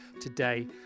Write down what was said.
today